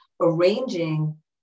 Arranging